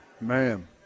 Man